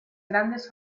grandes